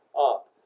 up